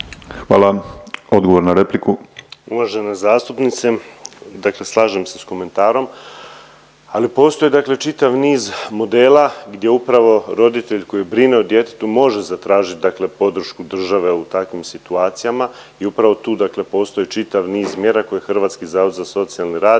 Marin (HDZ)** Uvažena zastupnice, dakle slažem se s komentarom, ali postoji čitav niz modela gdje upravo roditelj koji brine o djetetu može zatražiti podršku države u takvim situacijama i upravo tu postoji čitav niz mjera koje Hrvatski zavod za socijalni rad